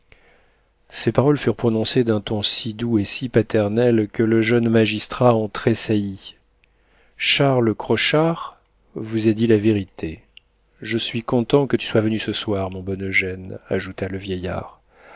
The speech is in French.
ces paroles furent prononcées d'un ton si doux et si paternel que le jeune magistrat en tressaillit charles crochard vous a dit la vérité je suis content que tu sois venu ce soir mon bon eugène ajouta le vieillard